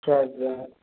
சரி சரி